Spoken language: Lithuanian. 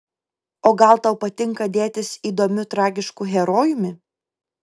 o gal tau patinka dėtis įdomiu tragišku herojumi